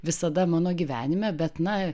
visada mano gyvenime bet na